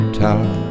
tower